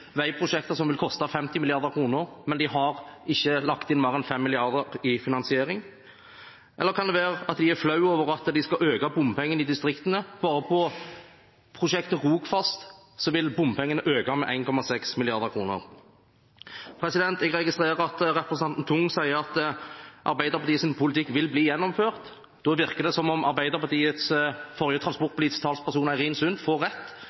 veiprosjekter som vil koste 50 mrd. kr, men de har ikke lagt inn mer enn 5 mrd. kr i finansiering. Eller kan det være at de er flaue over at de skal øke bompengene i distriktene? Bare på prosjektet Rogfast vil bompengene øke med 1,6 mrd. kr. Jeg registrerer at representanten Tung sier at Arbeiderpartiets politikk vil bli gjennomført. Da virker det som om Arbeiderpartiets forrige transportpolitiske talsperson, Eirin Sund, får rett